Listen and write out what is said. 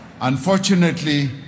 Unfortunately